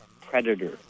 Predator